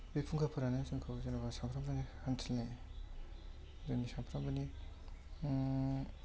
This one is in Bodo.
बे फुंखाफोरानो जोंखौ जेनेबा सामफ्रोमबोनि मिन्थिहोयो जोंनि सानफ्रामबोनि